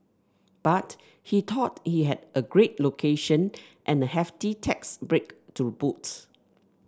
but he thought he had a great location and a hefty tax break to boot